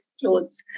clothes